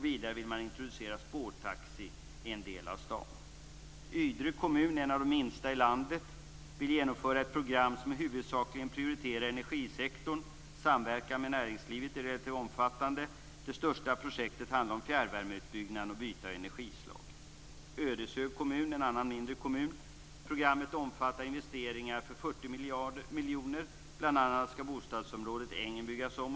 Vidare vill man introducera spårtaxi i en del av stan. Ydre kommun är en av de minsta i landet. Man vill genomföra ett program som huvudsakligen prioriterar energisektorn. Samverkan med näringslivet är rätt omfattande. Det största projektet handlar om fjärrvärmeutbyggnad och byte av energislag. Ödeshögs kommun är en annan mindre kommun. Programmet omfattar investeringar för 40 miljoner. Bl.a. skall bostadsområdet Ängen byggas om.